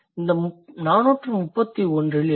இது 431 இல் இல்லை